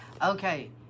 Okay